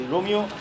Romeo